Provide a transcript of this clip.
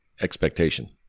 expectation